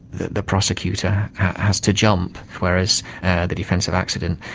the the prosecutor has to jump, whereas the defence of accident,